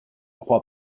crois